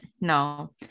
no